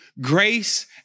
Grace